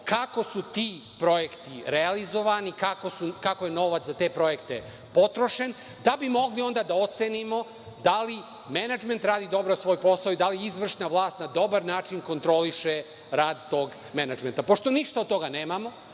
kako su ti projekti realizovani, kako je novac za te projekte potrošen, da bi mogli onda da ocenimo da li menadžment radi dobro svoj posao i da li izvršna vlast na dobar način kontroliše rad tog menadžera? Pošto ništa od toga nemamo,